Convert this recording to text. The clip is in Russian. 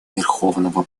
верховенства